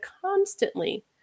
constantly